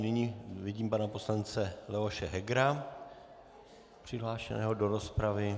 Nyní vidím pana poslance Leoše Hegera přihlášeného do rozpravy.